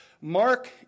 Mark